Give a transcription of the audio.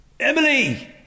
Emily